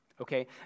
okay